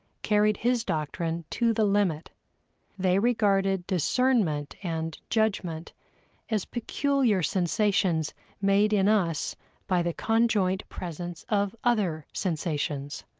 carried his doctrine to the limit they regarded discernment and judgment as peculiar sensations made in us by the conjoint presence of other sensations.